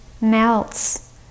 melts